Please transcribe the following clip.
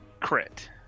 crit